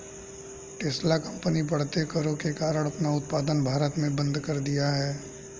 Tesla company बढ़ते करों के कारण अपना उत्पादन भारत में बंद कर दिया हैं